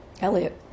Elliot